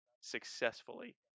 successfully